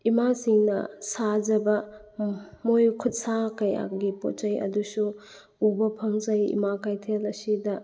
ꯏꯃꯥꯁꯤꯡꯅ ꯁꯥꯖꯕ ꯃꯣꯏ ꯈꯨꯠꯁꯥ ꯀꯌꯥꯒꯤ ꯄꯣꯠ ꯆꯩ ꯑꯗꯨꯁꯨ ꯎꯕ ꯐꯪꯖꯩ ꯏꯃꯥ ꯀꯩꯊꯦꯜ ꯑꯁꯤꯗ